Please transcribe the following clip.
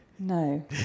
No